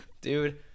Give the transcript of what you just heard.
Dude